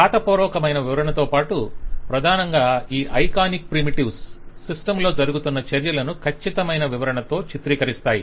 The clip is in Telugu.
వ్రాతపూర్వకమైన వివరణతోపాటు ప్రధానంగా ఈ ఐకానిక్ ప్రిమిటివ్స్ సిస్టమ్ లో జరుగుతున్న చర్యలను కచ్చితమైన వివరణతో చిత్రీకరిస్తాయి